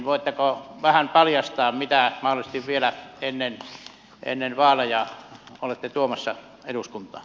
voitteko vähän paljastaa mitä mahdollisesti vielä ennen vaaleja olette tuomassa eduskuntaan